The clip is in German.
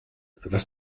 was